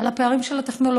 לגשר על הפערים של הטכנולוגיה.